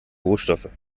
rohstoffe